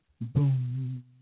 Boom